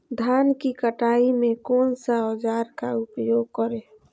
धान की कटाई में कौन सा औजार का उपयोग करे?